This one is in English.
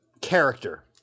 character